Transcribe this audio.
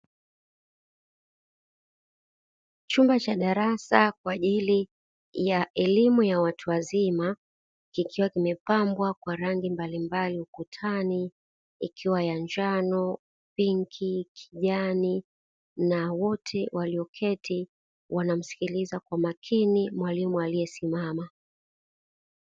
Chumba cha darasa kwa ajili ya elimu ya watu wazima, kikiwa kimepambwa kwa rangi mbalimbali ukutani ikiwa ya njano, pinki, kijani na wote walioketi wanamsikiliza kwa makini mwalimu aliyesimama.